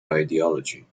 ideology